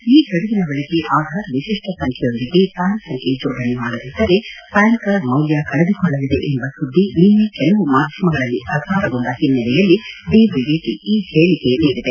ಈ ಗಡುವಿನ ಒಳಗೆ ಆಧಾರ್ ವಿತಿಷ್ಟ ಸಂಖ್ಣೆಯೊಂದಿಗೆ ಪ್ಲಾನ್ ಸಂಖ್ಣೆ ಜೋಡಣೆ ಮಾಡದಿದ್ದರೆ ಪ್ಲಾನ್ ಕಾರ್ಡ್ ಮೌಲ್ಡ ಕಳೆದುಕೊಳ್ಳಲಿದೆ ಎಂಬ ಸುದ್ವಿ ನಿನ್ನೆ ಕೆಲವು ಮಾಧ್ವಮಗಳಲ್ಲಿ ಪ್ರಸಾರಗೊಂಡ ಹಿನ್ನೆಲೆಯಲ್ಲಿ ಡಿಬಿಡಿಟ ಈ ಹೇಳಿಕೆ ನೀಡಿದೆ